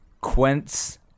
Quince